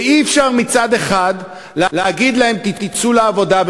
ואי-אפשר מצד אחד להגיד להם תצאו לעבודה,